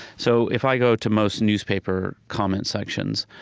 so, if i go to most newspaper comment sections,